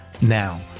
Now